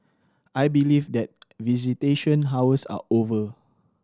I believe that visitation hours are over